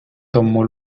tomó